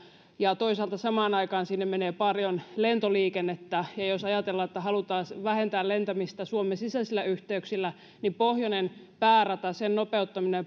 ja toisaalta samaan aikaan sinne menee paljon lentoliikennettä ja jos ajatellaan että halutaan vähentää lentämistä suomen sisäisillä yhteyksillä niin pohjoinen päärata sen nopeuttaminen